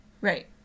Right